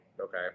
okay